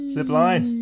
Zipline